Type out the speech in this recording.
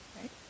right